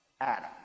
Adam